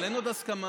אבל אין עוד הסכמה.